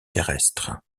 terrestres